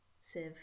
sieve